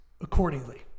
accordingly